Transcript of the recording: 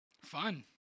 Fun